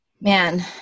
Man